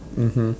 mmhmm